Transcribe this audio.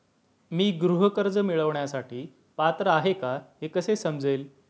मी गृह कर्ज मिळवण्यासाठी पात्र आहे का हे कसे समजेल?